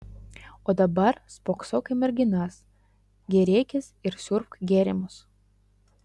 o dabar spoksok į merginas gėrėkis ir siurbk gėrimus